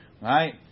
Right